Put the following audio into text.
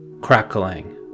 crackling